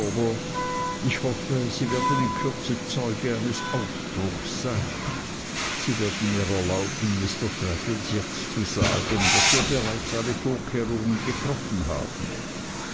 ich hoffe sie werden in kürze zeuge seines ausbruchs sein sie werden mir erlauben mr traddles jetzt zu sagen daß wir bereits alle vorkehrungen getroffen haben